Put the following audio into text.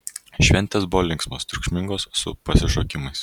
šventės buvo linksmos triukšmingos su pasišokimais